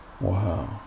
wow